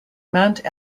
mount